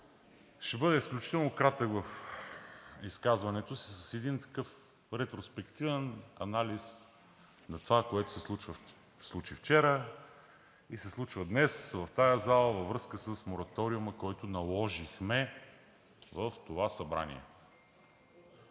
Ще бъда изключително кратък в изказването си с един ретроспективен анализ на това, което се случи вчера и се случва днес в тази зала, във връзка с мораториума, който наложихме в това събрание.